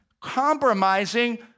Compromising